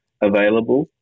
available